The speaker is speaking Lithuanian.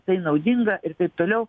tai naudinga ir taip toliau